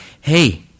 hey